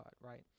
Right